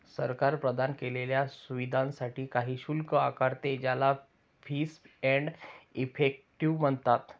सरकार प्रदान केलेल्या सुविधांसाठी काही शुल्क आकारते, ज्याला फीस एंड इफेक्टिव म्हणतात